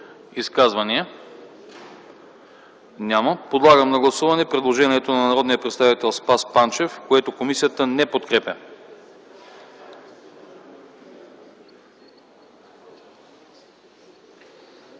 изказвания? Няма. Подлагам на гласуване предложението на Димо Гяуров, което комисията не подкрепя.